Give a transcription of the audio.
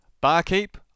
Barkeep